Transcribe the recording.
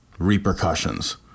Repercussions